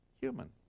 human